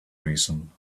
reason